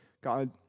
God